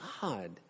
God